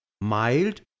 Mild